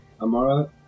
Amara